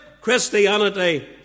Christianity